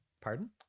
pardon